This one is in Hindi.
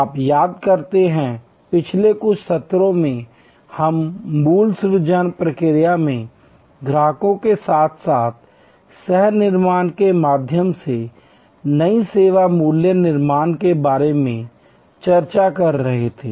आप याद करते हैं पिछले कुछ सत्रों में हम मूल्य सृजन प्रक्रिया में ग्राहक के साथ साथ सह निर्माण के माध्यम से नई सेवा मूल्य निर्माण के बारे में चर्चा कर रहे थे